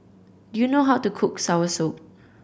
you know how to cook soursop